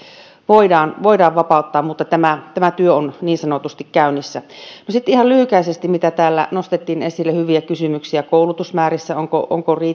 voidaan voidaan vapauttaa mutta tämä tämä työ on niin sanotusti käynnissä no sitten ihan lyhykäisesti kun täällä nostettiin esille hyviä kysymyksiä koulutusmääristä onko